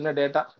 data